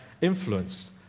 influenced